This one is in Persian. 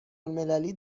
المللی